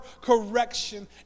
correction